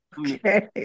Okay